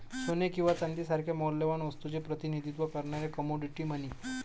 सोने किंवा चांदी सारख्या मौल्यवान वस्तूचे प्रतिनिधित्व करणारे कमोडिटी मनी